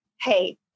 Hey